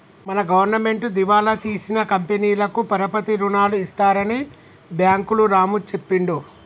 మన గవర్నమెంటు దివాలా తీసిన కంపెనీలకు పరపతి రుణాలు ఇస్తారని బ్యాంకులు రాము చెప్పిండు